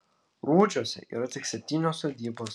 rudžiuose yra tik septynios sodybos